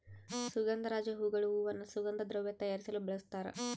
ಸುಗಂಧರಾಜ ಹೂಗಳು ಹೂವನ್ನು ಸುಗಂಧ ದ್ರವ್ಯ ತಯಾರಿಸಲು ಬಳಸ್ತಾರ